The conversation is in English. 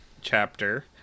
chapter